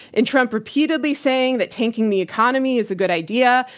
and trump repeatedly saying that tanking the economy is a good idea,